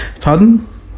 pardon